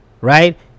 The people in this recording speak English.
Right